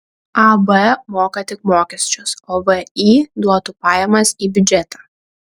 ab moka tik mokesčius o vį duotų pajamas į biudžetą